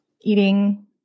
eating